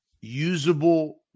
usable